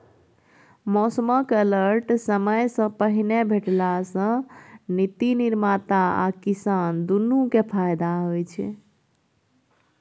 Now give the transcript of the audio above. मौसमक अलर्ट समयसँ पहिने भेटला सँ नीति निर्माता आ किसान दुनु केँ फाएदा होइ छै